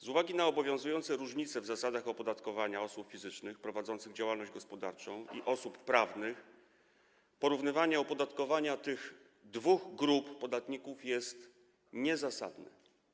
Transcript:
Z uwagi na obowiązujące różnice w zasadach opodatkowania osób fizycznych prowadzących działalność gospodarczą i osób prawnych porównywanie opodatkowania tych dwóch grup podatników jest niezasadne.